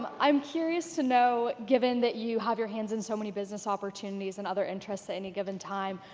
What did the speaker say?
um i'm curious to know given that you have your hands in so many business opportunities and other interest at any given time,